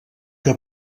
que